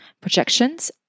projections